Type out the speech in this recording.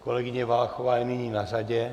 Kolegyně Valachová je nyní na řadě.